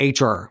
HR